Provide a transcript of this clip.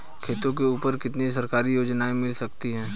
खेतों के ऊपर कितनी सरकारी योजनाएं मिल सकती हैं?